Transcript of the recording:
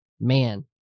Man